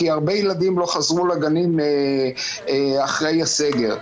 כי עוד הרבה ילדים לא חזרו לגנים אחרי הסגר,